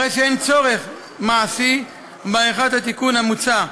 הרי שאין צורך מעשי בעריכת התיקון המוצע,